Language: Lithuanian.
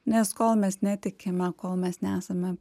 nes kol mes netikime kol mes nesame